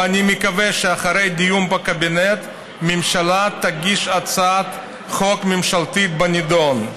ואני מקווה שאחרי הדיון בקבינט הממשלה תגיש הצעת חוק ממשלתית בנדון.